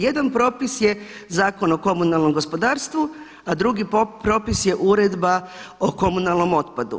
Jedan propis je Zakon o komunalnom gospodarstvu, a drugi propis je Uredba o komunalnom otpadu.